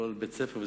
כל בית-ספר.